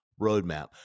roadmap